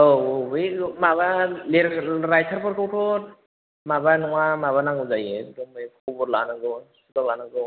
औ औ बै माबा लिरग्रा रायटारफोरखौथ' माबा नङा माबा नांगौ जायो एकदमबारे खबर लानांगौ खबर लानांगौ